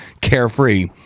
carefree